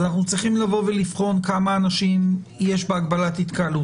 אז אנחנו צריכים לבוא ולבחון כמה אנשים יש בהגבלת התקהלות,